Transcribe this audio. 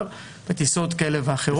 בטיסות כאלה ואחרות.